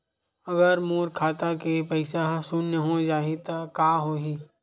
अगर मोर खाता के पईसा ह शून्य हो जाही त का होही?